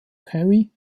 carey